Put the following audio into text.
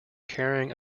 carrying